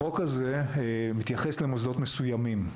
החוק הזה מתייחס למוסדות מסוימים,